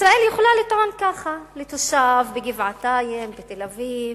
ישראל יכולה לטעון כך לתושב בגבעתיים, בתל-אביב,